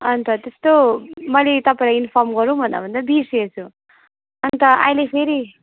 अन्त त्यस्तो मैले तपाईँलाई इन्फर्म गरौँ भन्दा भन्दै बिर्सिएछु अन्त अहिले फेरि